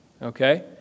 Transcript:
Okay